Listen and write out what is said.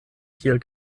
kiel